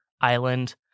island